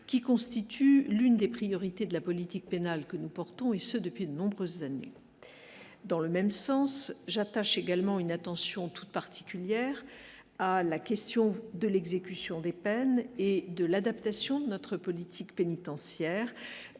qui constitue l'une des priorités de la politique pénale, que nous portons et ce depuis de nombreuses années dans le même sens, j'attache également une attention toute particulière à la question de l'exécution des peines et de l'adaptation de notre politique pénitentiaire